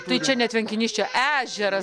tai čia ne tvenkinys čia ežeras